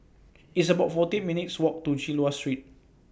It's about forty minutes' Walk to Chulia Street